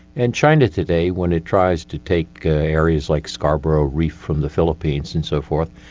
and china today when it tries to take ah areas like scarborough reef from the philippines and so forth,